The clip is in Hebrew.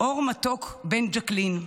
אור מתוק בן ג'קלין,